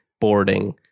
boarding